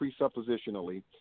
presuppositionally